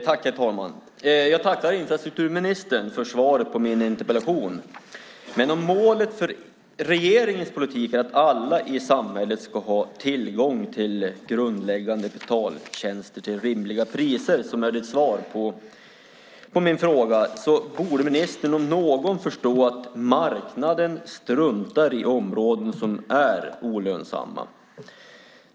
Herr talman! Jag tackar infrastrukturministern för svaret på min interpellation. Om målet för regeringens politik är att alla i samhället ska ha tillgång till grundläggande betaltjänster till rimliga priser, som är ministerns svar på min fråga, borde ministern om någon förstå att marknaden struntar i områden som är olönsamma.